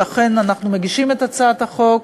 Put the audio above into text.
ולכן אנחנו מגישים את הצעת החוק.